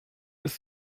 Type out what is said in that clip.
ist